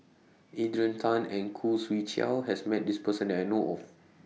Adrian Tan and Khoo Swee Chiow has Met This Person that I know of